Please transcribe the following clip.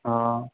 हा